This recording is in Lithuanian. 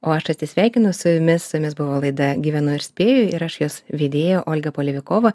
o aš atsisveikinu su jumis su jumis buvo laida gyvenu ir spėju ir aš jos vedėja olga polivikova